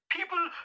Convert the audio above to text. People